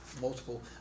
multiple